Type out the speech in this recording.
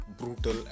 brutal